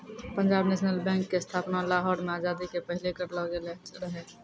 Punjab National Bank के स्थापना लाहौर मे आजादी के पहिले करलो गेलो रहै